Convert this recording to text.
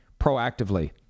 proactively